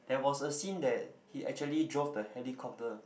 there was a scene that he actually drove the helicopter